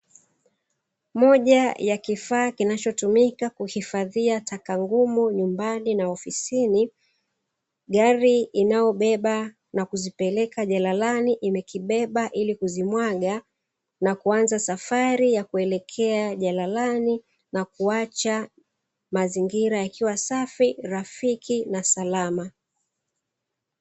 Moja ya kifaa kinachotumika kuhifadhia taka ngumu nyumbani na ofisini, gari inayobeba na kuzipeleka jalalani imekibeba ili kuzimwaga, na kuanza safari ya kuelekea jalalani na kuacha mazingira yakiwa safi, rafiki na salama.